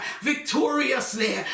victoriously